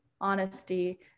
honesty